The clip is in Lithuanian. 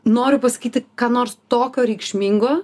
noriu pasakyti ką nors tokio reikšmingo